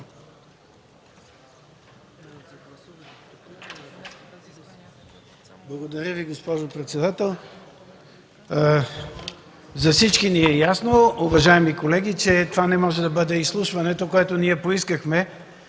Благодаря, госпожо председател. За всички ни е ясно, уважаеми колеги, че това не може да бъде изслушването, което ние поискахме.